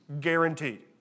guaranteed